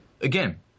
Again